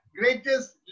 greatest